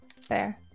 Fair